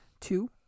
Two